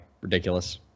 Ridiculous